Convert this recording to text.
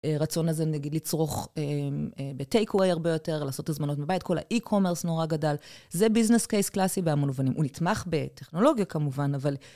רצון לזה, נגיד, לצרוך בטייקוויי הרבה יותר, לעשות הזמנות בבית, כל האי-קומרס נורא גדל. זה ביזנס קייס קלאסי, בהמון מובנים. הוא נתמך בטכנולוגיה, כמובן, אבל...